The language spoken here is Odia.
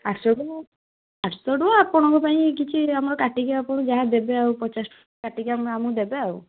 ଆସନ୍ତୁ ଆସନ୍ତୁ ଆପଣଙ୍କ ପାଇଁ କିଛି ଆମର ଟିକିଏ କାଟିକି ଯାହା ଦେବେ ପଚାଶ ଟଙ୍କା କାଟିକି ଆମକୁ ଦେବେ ଆଉ